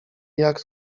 jak